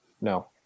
No